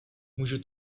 můžu